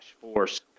Force